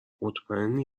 مطمئنی